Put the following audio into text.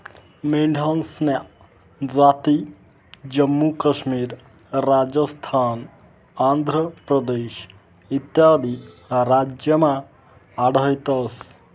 मेंढ्यासन्या जाती जम्मू काश्मीर, राजस्थान, आंध्र प्रदेश इत्यादी राज्यमा आढयतंस